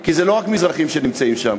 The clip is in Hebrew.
כי לא רק מזרחים נמצאים שם,